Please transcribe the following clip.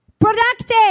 productive